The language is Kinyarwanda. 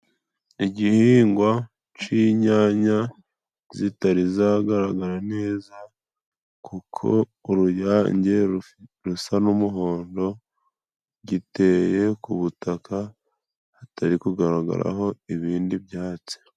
Igihingwa c'inyanya zitari zagaragara neza, kuko uruyange rusa n'umuhondo, giteye ku butaka hatari kugaragaraho ibindi byatsi.